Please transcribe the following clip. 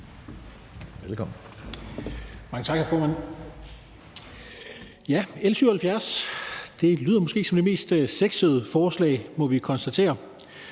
Velkommen.